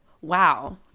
Wow